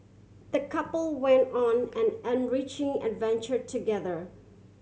the couple went on an enriching adventure together